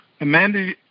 Amanda